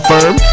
Firm